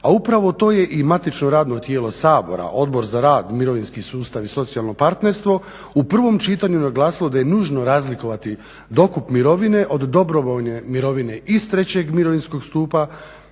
A upravo to je i matično radno tijelo Sabora, Odbor za rad, mirovinski sustav i socijalno partnerstvo u prvom čitanju naglasilo da je nužno razlikovati dokup mirovine od dobrovoljne mirovine iz trećeg mirovinskog stupa